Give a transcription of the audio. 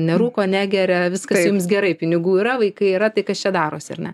nerūko negeria viskas jums gerai pinigų yra vaikai yra tai kas čia darosi ar ne